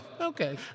okay